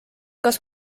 kas